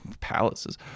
palaces